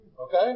Okay